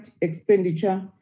expenditure